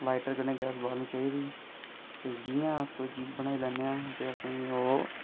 lighter कन्नै gas बालना चाहिदी ते जियां अस कोई चीज़ बनाई लैने आं ता इंया अस ओह्